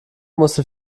musste